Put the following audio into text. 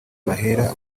bahera